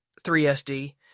3SD